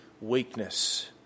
weakness